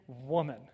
woman